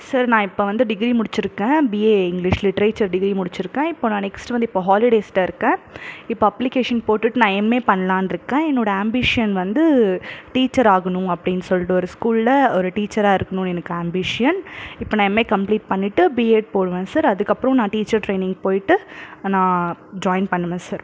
sir நான் இப்போ வந்து டிகிரி முடிச்சிருக்கன் பீஏ இங்லிஷ் லிட்ரேச்சர் டிகிரி முடிச்சிருக்கன் இப்போ நான் நெக்ஸ்ட் வந்து இப்போ ஹாலிடேஸில் இருக்கேன் இப்போ அப்ளிகேஷன் போட்டுட்டு நான் எம்ஏ பண்ணலானு இருக்கேன் என்னோட ஆம்பிஷன் வந்து டீச்சர் ஆகணும் அப்டினு சொல்லிட்டு ஒரு ஸ்கூல்ல ஒரு டீச்சரா இருக்கணும் எனக்கு ஆம்பிஷன் இப்போ நான் எம்ஏ கம்ப்ளீட் பண்ணிட்டு பீஏ போடுவேன் சார் அதுக்கப்றோம் நான் டீச்செர் ட்ரெயினிங் போயிட்டு நான் ஜாயின் பண்ணுவேன் சார்